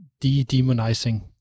de-demonizing